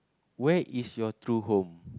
where is your true home